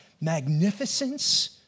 magnificence